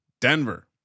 Denver